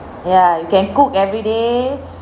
ya you can cook everyday